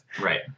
Right